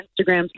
Instagram